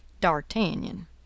d'Artagnan